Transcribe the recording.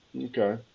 Okay